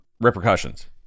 repercussions